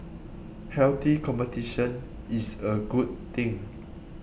healthy competition is a good thing